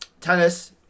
tennis